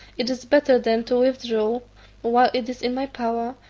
it is better then to withdraw while it is in my power,